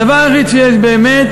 הדבר היחיד שיש באמת: